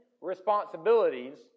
responsibilities